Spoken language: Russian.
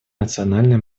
национальные